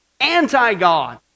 anti-God